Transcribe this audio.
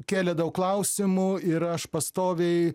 kelia daug klausimų ir aš pastoviai